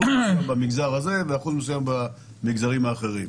אחוז מסוים במגזר הזה ואחוז מסוים במגזרים האחרים?